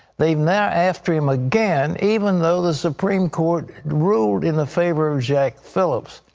they are now after him again, even though the supreme court ruled in the favor of jack phillips.